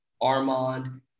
Armand